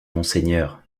monseigneur